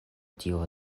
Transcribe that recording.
tio